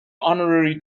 honorary